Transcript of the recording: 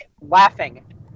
laughing